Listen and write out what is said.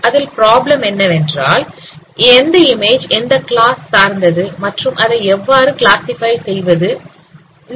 அதில் ப்ராப்ளம் என்னவென்றால் எந்த இமேஜ் எந்த கிளாஸ் சார்ந்தது மற்றும் அதை எவ்வாறு கிளாசிஃபைட் செய்வது என்பது